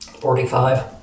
forty-five